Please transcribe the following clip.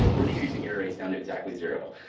we're decreasing error rates down to exactly zero.